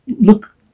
look